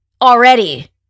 already